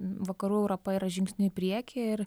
vakarų europa yra žingsniu į priekį ir